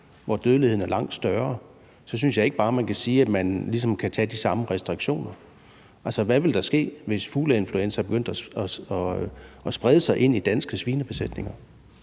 hvor dødeligheden er langt større, så synes jeg ikke bare, man kan sige, at man ligesom kan tage de samme restriktioner. Altså, hvad ville der ske, hvis fugleinfluenza begyndte at sprede sig ind i danske svinebesætninger?